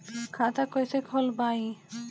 खाता कईसे खोलबाइ?